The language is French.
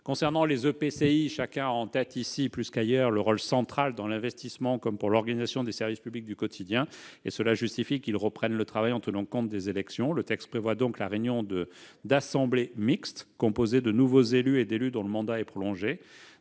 intercommunale (EPCI), chacun a en tête, ici plus qu'ailleurs, leur rôle central dans l'investissement comme dans l'organisation des services publics du quotidien ; ce rôle justifie qu'ils reprennent le travail, en tenant compte des élections. Le texte prévoit donc la réunion d'assemblées « mixtes » composées de nouveaux élus et d'élus dont le mandat est prolongé.